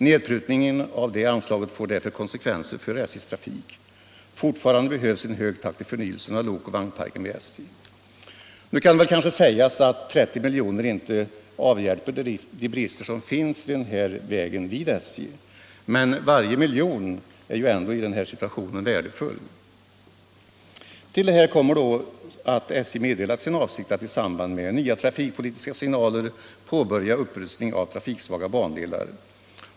Nedprutningen av dessa anslag får därför konsekvenser för SJ:s trafik. Fortfarande behövs en hög takt i förnyelsen av lokoch vagnparken vid SJ. Nu kan det kanske sägas att 30 milj.kr. inte avhjälper de brister som i detta avseende finns vid SJ, men varje miljon är ändå i denna situation värdefull. Därtill kommer att SJ meddelat sin avsikt att i samband med nya trafikpolitiska signaler påbörja upprustning av trafiksvaga bandelar.